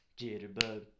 Jitterbug